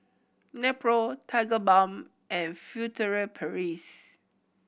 Nepro Tigerbalm and Furtere Paris